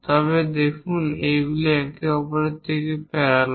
তবে দেখুন এইগুলি একে অপরের সাথে প্যারালাল